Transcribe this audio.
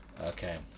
Okay